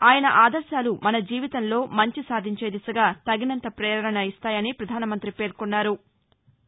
ఆయన ఆదర్శాలు మన జీవితంలో మంచి సాధించే దిశగా తగినంత పేరణ ఇస్తాయని పధాన మంతి పేర్కొన్నారు